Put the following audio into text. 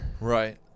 Right